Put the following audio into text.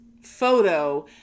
photo